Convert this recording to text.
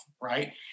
right